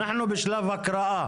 אנחנו בשלב הקראה.